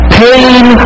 pain